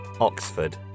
Oxford